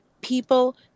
people